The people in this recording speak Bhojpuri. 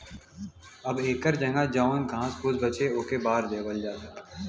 अब एकर जगह जौन घास फुस बचे ओके बार देवल जाला